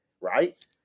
right